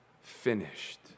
finished